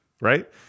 Right